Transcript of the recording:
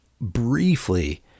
briefly